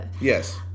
Yes